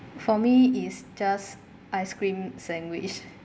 for me is just ice cream sandwich